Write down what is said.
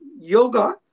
Yoga